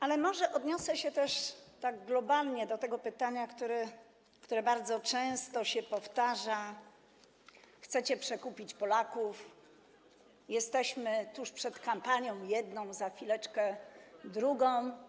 Ale może odniosę się tak globalnie do tego zarzutu, który bardzo często się powtarza: chcecie przekupić Polaków, jesteśmy tuż przed kampanią, jedną, za chwileczkę drugą.